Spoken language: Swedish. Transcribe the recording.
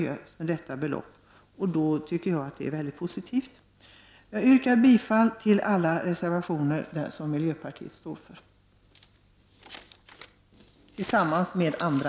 Jag yrkar bifall till alla reservationer som miljöpartiet står för ensamt eller tillsammans med andra.